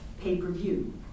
pay-per-view